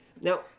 now